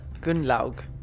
Gunlaug